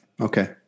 Okay